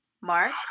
Mark